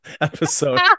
episode